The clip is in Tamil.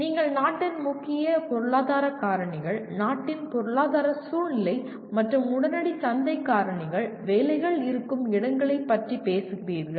நீங்கள் நாட்டின் முக்கிய பொருளாதார காரணிகள் நாட்டின் பொருளாதார சூழ்நிலை மற்றும் உடனடி சந்தை காரணிகள் வேலைகள் இருக்கும் இடங்களைப் பற்றி பேசுகிறீர்கள்